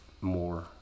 more